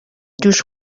جوش